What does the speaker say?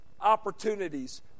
opportunities